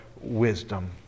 wisdom